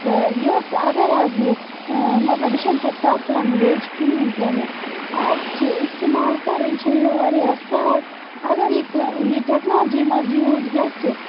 تہٕ یۄس اگر حظ یہِ مطلب یہِ چھَنہٕ سۄ ٹف لنٛگویج کِہیٖنۍ تہِ نہٕ اَتھ چھِ اِستعمال کَرٕنۍ چھےٚ یہِ واریاہ سَہل اگر یہِ کٔہ یہِ ٹٮ۪کنالجی منٛز یوٗز گَژھِ